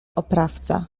oprawca